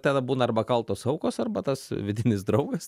tada būna arba kaltos aukos arba tas vidinis draugas